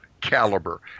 caliber